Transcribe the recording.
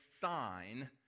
sign